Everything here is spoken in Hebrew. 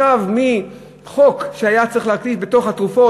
עכשיו מחוק שלפיו היה צריך להכניס בתוך התרופות,